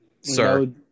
sir